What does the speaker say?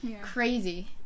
crazy